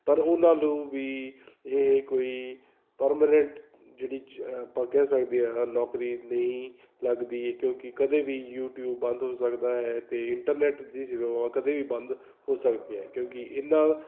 ਪਰ ਉਹਨਾਂ ਨੂੰ ਵੀ ਇਹ ਕੋਈ ਪਰਮਾਨੈਂਟ ਜਿਹੜੀ ਜ ਆਪਾਂ ਕਹਿ ਸਕਦੇ ਹਾਂ ਨੌਕਰੀ ਨਹੀਂ ਲੱਗਦੀ ਕਿਉਂਕਿ ਕਦੇ ਵੀ ਯੂਟਿਊਬ ਬੰਦ ਹੋ ਸਕਦਾ ਹੈ ਅਤੇ ਇੰਟਰਨੈਟ ਦੀ ਸੇਵਾਵਾਂ ਕਦੇ ਵੀ ਬੰਦ ਹੋ ਸਕਦੀਆਂ ਹੈ ਕਿਉਂਕਿ ਇਹਨਾਂ